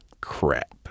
crap